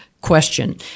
Question